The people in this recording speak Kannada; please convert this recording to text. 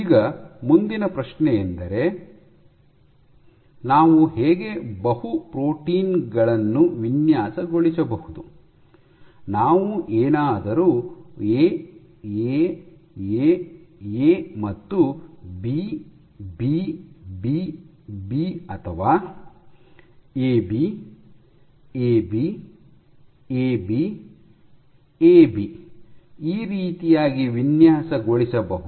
ಈಗ ಮುಂದಿನ ಪ್ರಶ್ನೆಯೆಂದರೆ ನಾವು ಹೇಗೆ ಬಹು ಪ್ರೊಟೀನ್ಗಳನ್ನು ವಿನ್ಯಾಸ ಗೊಳಿಸಬಹುದು ನಾವು ಏನಾದರೂ ಎ ಎ ಎ ಎ ಮತ್ತು ಬಿ ಬಿ ಬಿ ಬಿ ಅಥವಾ A B A B A B A B ಈ ರೀತಿಯಾಗಿ ವಿನ್ಯಾಸ ಗೊಳಿಸಬಹುದ